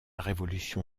révolution